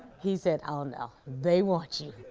he said, oh no, they want you.